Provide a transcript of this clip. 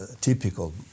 typical